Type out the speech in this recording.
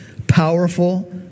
powerful